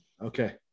Okay